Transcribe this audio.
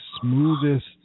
smoothest